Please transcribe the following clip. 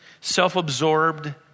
self-absorbed